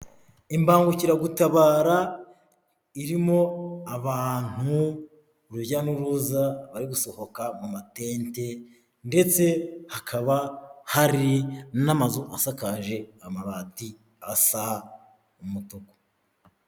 Imbangukiragutabara irimo abantu urujya n'uruza bari gusohoka mu matente ndetse hakaba hari n'amazu asakaje amabati asa umutuku.